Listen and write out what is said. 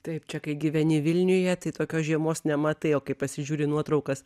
taip čia kai gyveni vilniuje tai tokios žiemos nematai o kai pasižiūri nuotraukas